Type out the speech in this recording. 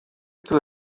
του